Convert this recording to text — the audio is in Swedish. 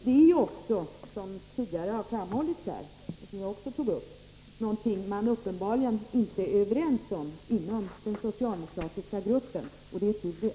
Det är, som tidigare har framhållits och som jag också tog upp, någonting man uppenbarligen inte är överens om inom den socialdemokratiska gruppen, och det är tur det.